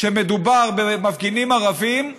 כשמדובר במפגינים ערבים,